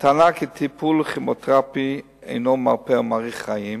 הטענה שטיפול כימותרפי אינו מרפא או מאריך חיים